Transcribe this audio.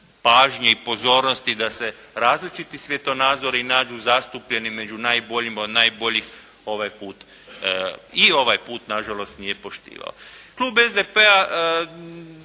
pažnje i pozornosti da se različiti svjetonazori nađu zastupljeni među najboljima od najboljih ovaj put i ovaj put nažalost nije poštivao. Klub SDP-a